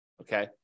Okay